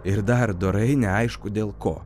ir dar dorai neaišku dėl ko